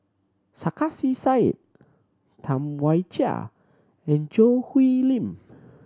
Sarkasi Said Tam Wai Jia and Choo Hwee Lim